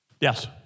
Yes